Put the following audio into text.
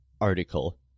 article